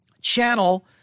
channel